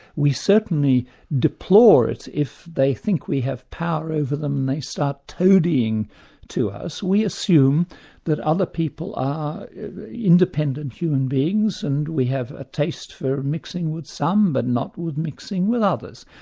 we certainly deplore it, if they think we have power over them and they start toadying to us. we assume that other people are independent human beings and we have a taste for mixing with some but not mixing with others.